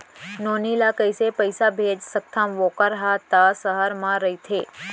नोनी ल कइसे पइसा भेज सकथव वोकर हा त सहर म रइथे?